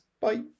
Bye